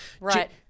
Right